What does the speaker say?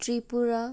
Tripura